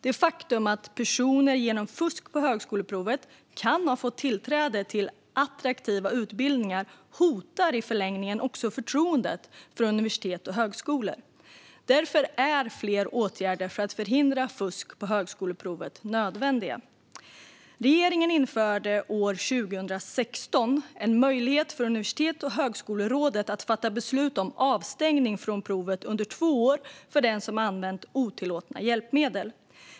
Det faktum att personer genom fusk på högskoleprovet kan ha fått tillträde till attraktiva utbildningar hotar i förlängningen också förtroendet för universitet och högskolor. Därför är fler åtgärder för att förhindra fusk på högskoleprovet nödvändiga. Regeringen införde år 2016 en möjlighet för Universitets och högskolerådet att fatta beslut om avstängning från provet under två år för den som använt otillåtna hjälpmedel.